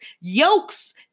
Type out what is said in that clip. yokes